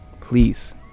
Please